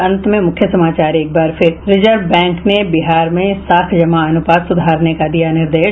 और अब अंत में मुख्य समाचार रिजर्व बैंक ने बिहार में साख जमा अनुपात सुधारने का दिया निर्देश